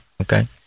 Okay